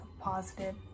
positive